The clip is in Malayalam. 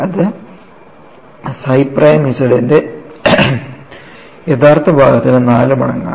അത് psi പ്രൈം z ന്റെ യഥാർത്ഥ ഭാഗത്തിന് 4 മടങ്ങാണ്